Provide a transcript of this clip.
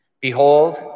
Behold